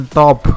top